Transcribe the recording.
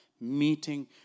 Meeting